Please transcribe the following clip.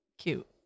cute